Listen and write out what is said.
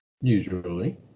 Usually